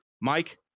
Mike